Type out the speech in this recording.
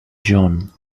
john